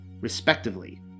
respectively